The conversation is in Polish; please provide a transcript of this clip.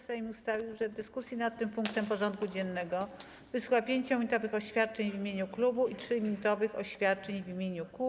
Sejm ustalił, że w dyskusji nad tym punktem porządku dziennego wysłucha 5-minutowych oświadczeń w imieniu klubów i 3-minutowych oświadczeń w imieniu kół.